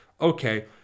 okay